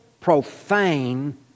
profane